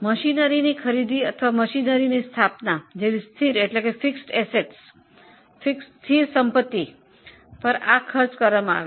મશીનરીની ખરીદી અથવા મશીનરીની સ્થાપના જેવી સ્થિર સંપત્તિ પર આ ખર્ચ થાય છે